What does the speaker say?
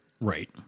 Right